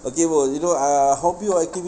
okay bro you know uh hobby or activity